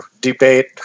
debate